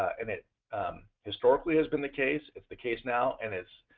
and it historically has been the case, it's the case now and it's